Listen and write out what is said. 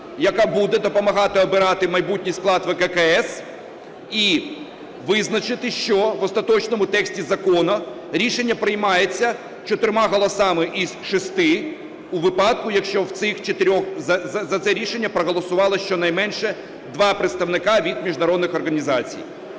яка буде допомагати обирати майбутній склад ВККС, і визначити, що в остаточному тексті закону рішення приймається чотирма голосами із шести у випадку, якщо за це рішення проголосували щонайменше два представника від міжнародних організацій.